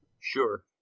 Sure